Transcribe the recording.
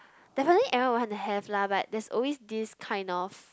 definitely everyone won't want to have lah but there's always this kind of